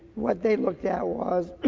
what they worked out was